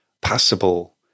passable